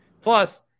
Plus